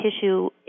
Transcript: tissue